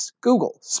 Google